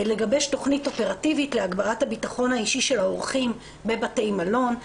לגבש תכנית אופרטיבית להגברת הביטחון האישי של האורחים בבתי מלון,